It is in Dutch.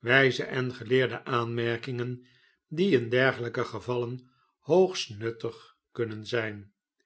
wh'ze en geleerde aanmerkingen die in dergelijke gevallen hoogst nuttig kunnen zijn